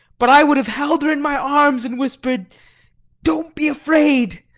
but i would have held her in my arms and whispered don't be afraid!